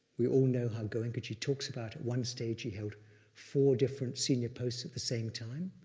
we all know how goenkaji talks about at one stage he held four different senior posts at the same time.